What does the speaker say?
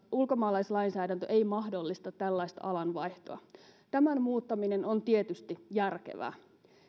ulkomaalaislainsäädäntö ei mahdollista tällaista alanvaihtoa tämän muuttaminen on tietysti järkevää